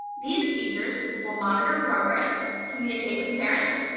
these teachers will monitor progress, communicate with parents,